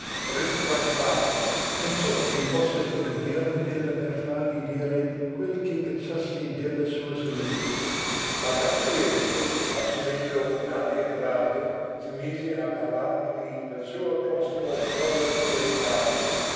rinfrancato pensò che fosse una gherminella per fargli dire quel che pensasse della sua salute ma gabriele assumendo un'aria grave si mise a parlargli del suo prossimo crollo inevitabile